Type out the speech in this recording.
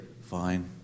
Fine